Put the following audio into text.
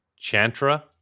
Chantra